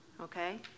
Okay